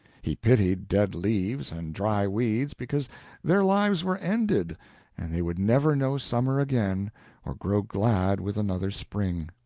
he pitied dead leaves and dry weeds because their lives were ended and they would never know summer again or grow glad with another spring.